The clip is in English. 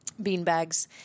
beanbags